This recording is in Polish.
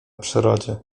przyrodzie